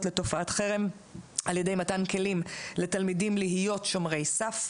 לתופעת חרם על-ידי מתן כלים לתלמידים להיות שומרי סף.